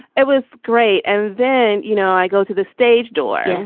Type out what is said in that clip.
it was great. and then, you know, i go to the stage door.